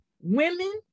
women